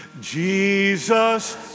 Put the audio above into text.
Jesus